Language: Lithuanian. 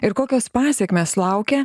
ir kokios pasekmės laukia